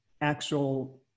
actual